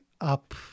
up